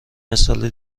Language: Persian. مثال